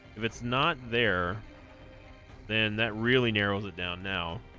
if it's not there then that really narrows it down now